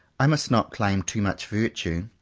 i must not claim too much virtue.